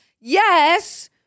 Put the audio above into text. yes